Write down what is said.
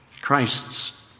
Christ's